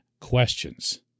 questions